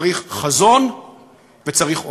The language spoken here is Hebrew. צריך חזון וצריך אומץ.